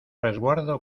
resguardo